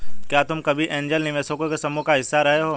क्या तुम कभी ऐन्जल निवेशकों के समूह का हिस्सा रहे हो?